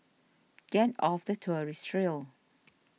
get off the tourist trail